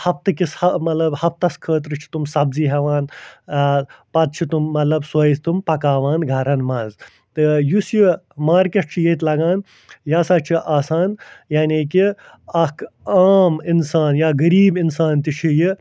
ہفتہٕ کِس ہَہ مطلب ہفتس خٲطرٕ چھِ تِم سبزی ہٮ۪وان پتہٕ چھِ تِم مطلب سۄے تِم پکاوان گَرن منٛز تہٕ یُس یہِ مارکٮ۪ٹ چھُ ییٚتہِ لگان یہِ ہسا چھِ آسان یعنی کہِ اکھ عام اِنسان یا غریٖب اِنسان تہِ چھُ یہِ